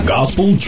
Gospel